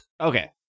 Okay